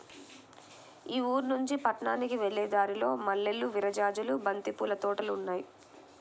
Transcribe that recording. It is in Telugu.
మా ఊరినుంచి పట్నానికి వెళ్ళే దారిలో మల్లెలు, విరజాజులు, బంతి పూల తోటలు ఉన్నాయ్